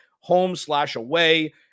home-slash-away